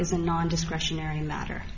is a non discretionary matter